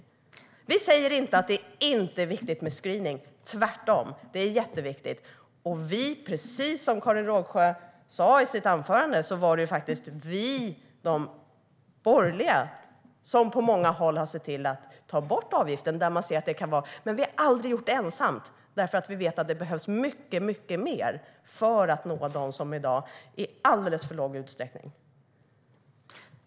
Vi säger inte att det inte är viktigt med screening. Tvärtom är det jätteviktigt. Precis som Karin Rågsjö sa i sitt huvudanförande har vi borgerliga på många håll tagit bort avgiften där vi sett att det varit påkallat. Men vi har aldrig gjort det ensamt, för vi vet att det behövs mycket mer för att nå dem som i dag deltar i alldeles för liten utsträckning.